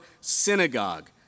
synagogue